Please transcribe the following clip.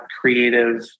creative